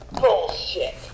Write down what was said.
Bullshit